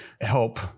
help